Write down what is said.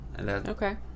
Okay